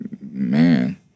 Man